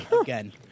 again